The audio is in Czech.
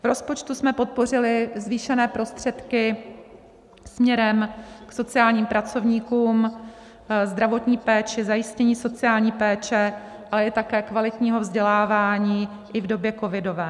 V rozpočtu jsme podpořili zvýšené prostředky směrem k sociálním pracovníkům, zdravotní péči, zajištění sociální péče, ale také kvalitního vzdělávání i v době covidové.